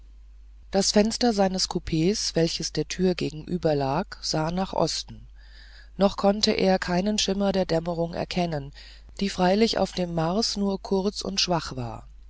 das fenster seines coups welches der tür gegenüberlag sah nach osten noch konnte er keinen schimmer der dämmerung erkennen die freilich auf dem mars nur kurz und schwach war